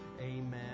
amen